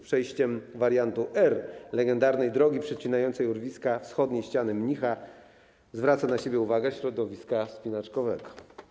Przejściem wariantu R, legendarnej drogi przecinającej urwiska wschodniej ściany Mnicha, zwraca na siebie uwagę środowiska wspinaczkowego.